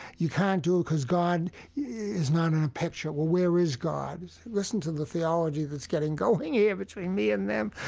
you can't do it, because god is not in a picture. well, where is god? listen to the theology that's getting going here between me and them.